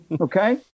Okay